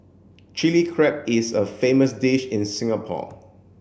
Chilli Crab is a famous dish in Singapore